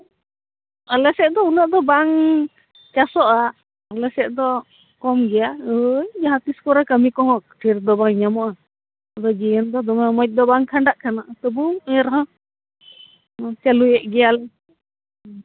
ᱟᱞᱮ ᱥᱮᱫ ᱫᱚ ᱩᱱᱟᱹᱜ ᱫᱚ ᱵᱟᱝ ᱪᱟᱥᱚᱜᱼᱟ ᱟᱞᱮ ᱥᱮᱫ ᱫᱚ ᱠᱚᱢ ᱜᱮᱭᱟ ᱳᱭ ᱡᱟᱦᱟᱸᱛᱤᱥ ᱨᱮᱦᱚᱸ ᱠᱟᱹᱢᱤ ᱠᱚᱦᱚᱸ ᱴᱷᱤᱠ ᱫᱚ ᱵᱟᱭ ᱧᱟᱢᱚᱜᱼᱟ ᱟᱫᱚ ᱡᱤᱭᱚᱱ ᱫᱚ ᱫᱚᱢᱮ ᱢᱚᱡᱽ ᱫᱚ ᱵᱟᱝ ᱠᱷᱟᱸᱰᱟᱜ ᱠᱟᱱᱟ ᱛᱚᱵᱩ ᱱᱤᱭᱟᱹ ᱫᱷᱟᱣ ᱪᱟᱹᱞᱩᱭᱮᱫ ᱜᱮᱭᱟ ᱞᱮ